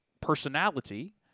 personality